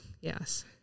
yes